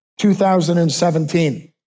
2017